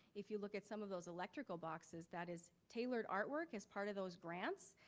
if you look at some of those electrical boxes, that is tailored artwork as part of those grants,